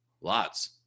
lots